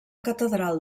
catedral